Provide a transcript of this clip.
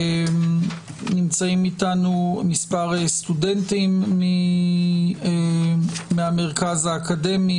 נמצאים אתנו מספר סטודנטים מהמרכז האקדמי